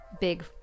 big